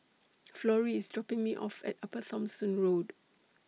Florrie IS dropping Me off At Upper Thomson Road